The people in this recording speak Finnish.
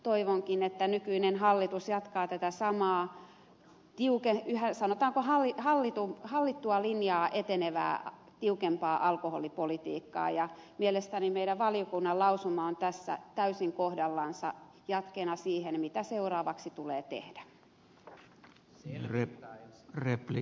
toivonkin että nykyinen hallitus jatkaa tätä samaa sanotaanko hallittua linjaa etenevää tiukempaa alkoholipolitiikkaa ja mielestäni meidän valiokunnan lausuma on tässä täysin kohdallansa jatkeena siihen mitä seuraavaksi tulee tehdä